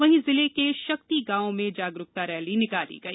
वहीं जिले के शक्ति गांव में जागरुकता रैली निकाली गई